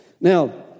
Now